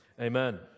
amen